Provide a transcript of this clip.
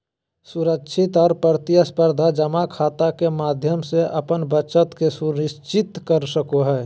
सुरक्षित और प्रतिस्परधा जमा खाता के माध्यम से अपन बचत के सुरक्षित रख सको हइ